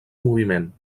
moviment